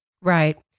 Right